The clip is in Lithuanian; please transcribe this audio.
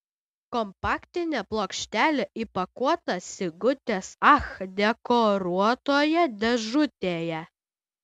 kompaktinė plokštelė įpakuota sigutės ach dekoruotoje dėžutėje